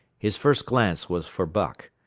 his first glance was for buck,